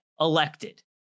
elected